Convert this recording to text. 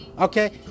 okay